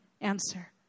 answer